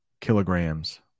kilograms